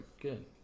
good